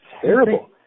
terrible